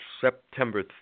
September